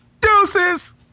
Deuces